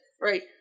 Right